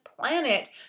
planet